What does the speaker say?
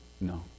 No